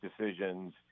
decisions